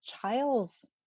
child's